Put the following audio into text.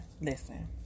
listen